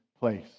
place